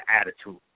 attitude